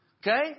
Okay